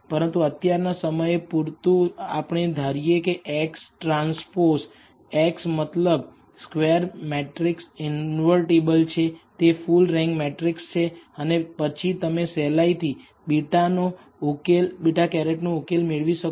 પરંતુ અત્યારના સમયે પૂરતું આપણે ધારીએ કે X ટ્રાન્સપોઝ X મતલબ સ્ક્વેર મેટ્રિક ઇન્વર્ટીબલ છે તે ફુલ રેંક મેટ્રિકસ છે અને પછી તમે સહેલાઇથી β̂ નો ઉકેલ મેળવી શકો